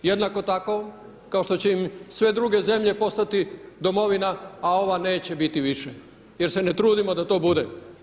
Jednako tako kao što će im sve druge zemlje postati domovina, a ova neće biti više jer se ne trudimo da to bude.